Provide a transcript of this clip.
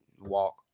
Walk